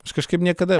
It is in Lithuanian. aš kažkaip niekada